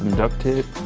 duct tape